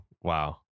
wow